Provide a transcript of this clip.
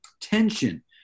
tension